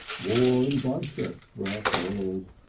war and bloodshed throughout the world.